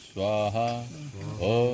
Swaha